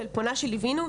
של פונה שליווינו,